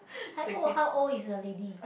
!aiyo! how old is the lady